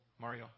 Mario